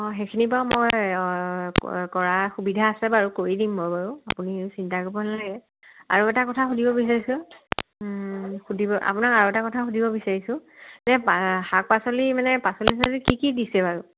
সেইখিনি বাৰু মই কৰা কৰা সুবিধা আছে বাৰু কৰি দিম বাৰু আপুনি চিন্তা কৰিব নালাগে আৰু এটা কথা সুধিব' বিচাৰিছো সুধিব আপোনাক আৰু এটা কথা সুধিব বিচাৰিছো এই পা শাক পাচলি মানে পাচলি চাচলি কি কি দিছে বাৰু